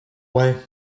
way